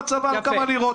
נתחשבן עם הצבא על כמה לירות.